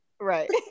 Right